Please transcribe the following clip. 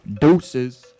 Deuces